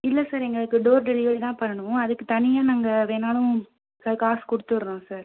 இல்லை சார் எங்களுக்கு door delivery தான் பண்ணணும் அதற்கு தனியாக நாங்கள் வேணாலும் சார் காசு கொடுத்துட்றோம் சார்